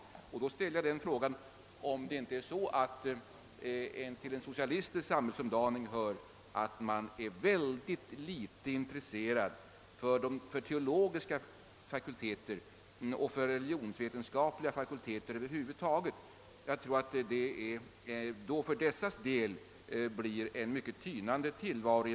Med anledning därav ställer jag frågan, om det inte förhåller sig så att till en socialistisk samhällsomdaning hör, att man är mycket litet intresserad för teotogiska fakulteter och för religionsvetenskap över huvud taget. Jag tror att det för dessas del i varje fall blir en mycket tynande tillvaro.